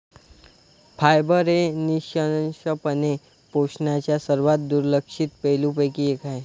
fibre हे निःसंशयपणे पोषणाच्या सर्वात दुर्लक्षित पैलूंपैकी एक आहे